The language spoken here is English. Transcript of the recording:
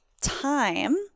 time